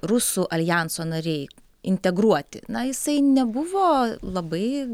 rusų aljanso nariai integruoti na jisai nebuvo labai